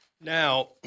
Now